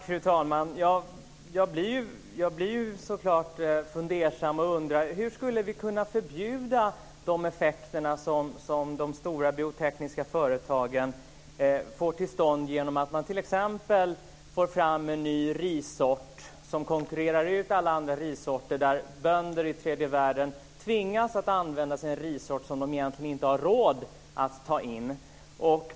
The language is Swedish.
Fru talman! Jag blir så klart fundersam och undrar: Hur skulle vi kunna förbjuda de effekter som de stora biotekniska företagen får till stånd genom att man t.ex. får fram en ny rissort som konkurrerar ut alla andra rissorter, så att bönder i tredje världen tvingas att använda en rissort som de egentligen inte har råd att ta in?